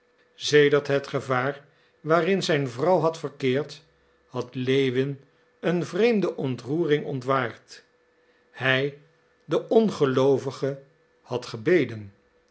sedert het gevaar waarin zijn vrouw had verkeerd had lewin een vreemde ontroering ontwaard hij de ongeloovige had gebeden